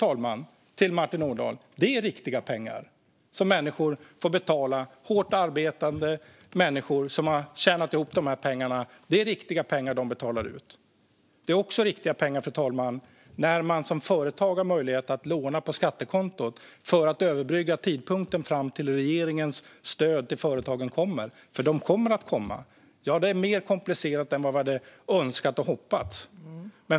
Det är riktiga pengar som hårt arbetande människor har tjänat ihop och som de nu får betala med, Martin Ådahl. Fru talman! Det är också riktiga pengar som företag har möjlighet att låna på skattekontot för att överbrygga tills regeringens stöd till företagen kommer. De kommer nämligen att komma. Ja, det är mer komplicerat än vi hade önskat och hoppats.